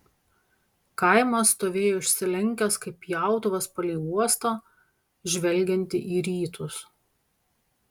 kaimas stovėjo išsilenkęs kaip pjautuvas palei uostą žvelgiantį į rytus